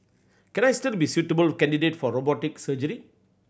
can I still be suitable candidate for robotic surgery